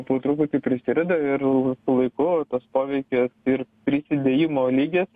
po truputį prisideda ir su laiku tas poveikis ir prisidėjimo lygis